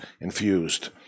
Infused